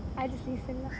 I just listen lah